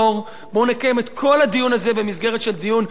בואו נקיים את כל הדיון הזה במסגרת של דיון רציני,